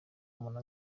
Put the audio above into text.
umuntu